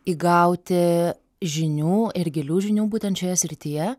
įgauti žinių ir gilių žinių būtent šioje srityje